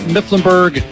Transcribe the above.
Mifflinburg